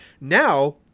Now